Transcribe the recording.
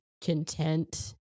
content